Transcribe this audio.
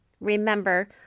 remember